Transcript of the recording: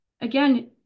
again